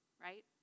right